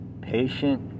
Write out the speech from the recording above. patient